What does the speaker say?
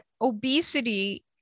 obesity